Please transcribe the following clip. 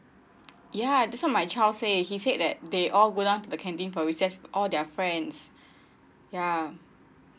ya that's why my child said he said that they all go down to the canteen for recess all their friends ya